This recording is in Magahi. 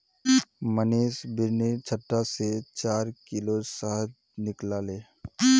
मनीष बिर्निर छत्ता से चार किलो शहद निकलाले